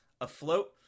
afloat